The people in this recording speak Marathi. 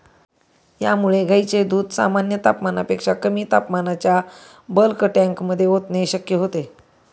यामुळे गायींचे दूध सामान्य तापमानापेक्षा कमी तापमानाच्या बल्क टँकमध्ये ओतणे शक्य होते